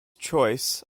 choice